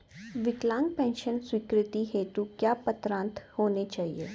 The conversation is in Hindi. विकलांग पेंशन स्वीकृति हेतु क्या पात्रता होनी चाहिये?